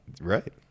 right